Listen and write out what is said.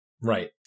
Right